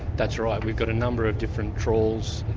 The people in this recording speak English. that's right. we've got a number of different trawls